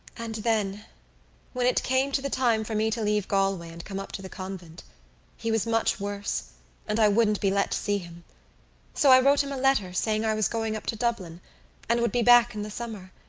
and then when it came to the time for me to leave galway and come up to the convent he was much worse and i wouldn't be let see him so i wrote him a letter saying i was going up to dublin and would be back in the summer,